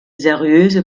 seriöse